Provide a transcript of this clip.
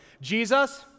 Jesus